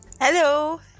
Hello